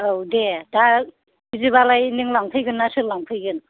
औ दे दा बिदिबालाय नों लांफैगोन ना सोर लांफैगोन